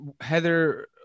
Heather